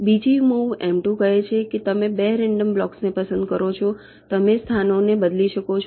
બીજી move M 2 કહે છે કે તમે બે રેન્ડમ બ્લોક્સ પસંદ કરો છો તમે સ્થાનોને બદલી શકો છો